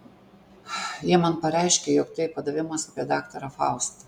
jie man pareiškė jog tai padavimas apie daktarą faustą